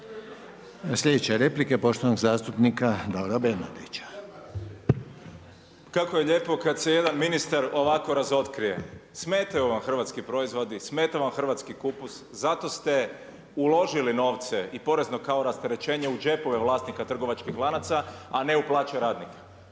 Sljedeća replika je poštovanog zastupnika Davora Bernardića. **Bernardić, Davor (SDP)** Kako je lijepo kada se jedan ministar ovako razotkrije. Smetaju vam hrvatski proizvodi, smeta vam hrvatski kupus, zato ste uložili novce i porezno kao rasterećenje u džepove vlasnika trgovačkih lanaca a ne u plaće radnika.